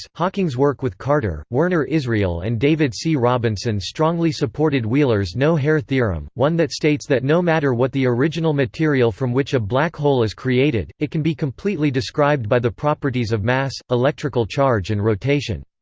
hawking's work with carter, werner israel and david c. robinson strongly supported wheeler's no-hair theorem, one that states that no matter what the original material from which a black hole is created, it can be completely described by the properties of mass, electrical charge and rotation.